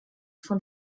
von